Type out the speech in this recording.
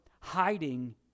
hiding